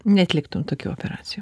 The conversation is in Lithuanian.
neatliktum tokių operacijų